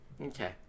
Okay